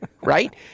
Right